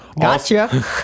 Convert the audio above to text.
Gotcha